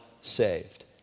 saved